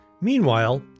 Meanwhile